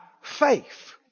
faith